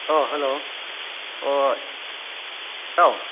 ꯑꯣ ꯍꯜꯂꯣ ꯑꯣ ꯏꯇꯥꯎ